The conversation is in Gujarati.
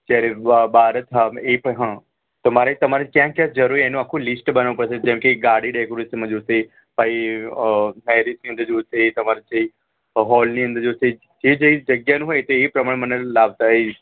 જ્યારે બહાર જ એ પણ હા તો મારે તમારે ત્યાં ક્યાં જરૂર છે એનું આખું લિસ્ટ બનાવવું પડશે જેમ કે ગાડી ડૅકોરેશનમાં જોઈશે પછી મૅરેજની અંદર જોઈશે તમારે જે હૉલની અંદર જોઈશે જે જે જગ્યા હોય એ પ્રમાણે મને લાવતા એ